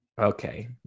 Okay